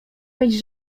mieć